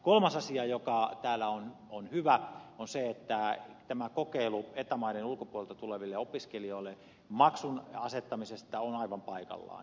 kolmas asia joka täällä on hyvä on se että tämä kokeilu eta maiden ulkopuolelta tuleville opiskelijoille maksun asettamisesta on aivan paikallaan